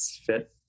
fit